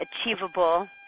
achievable